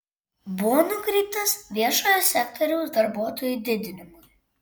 buvo nukreiptas viešojo sektoriaus darbuotojų didinimui